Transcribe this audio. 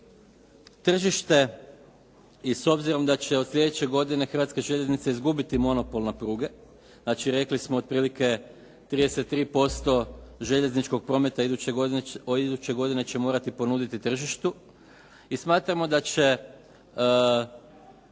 tržište i s obzirom da će od sljedeće godine Hrvatske željeznice izgubiti monopol na pruge. Znači, rekli smo otprilike 33% željezničkog prometa iduće godine će morati ponuditi tržištu i smatramo da će